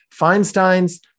Feinstein's